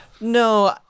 No